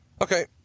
Okay